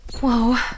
whoa